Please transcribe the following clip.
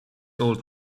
old